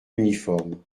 uniformes